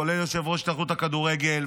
כולל יושב-ראש התאחדות הכדורגל,